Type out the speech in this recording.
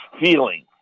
feeling